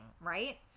right